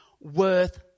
worth